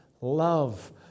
love